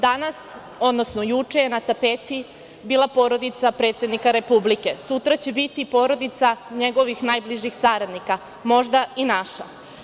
Danas, odnosno, juče je na tapeti bila porodica predsednika Republike, sutra će biti porodica njegovih najbližih saradnika, možda i naša.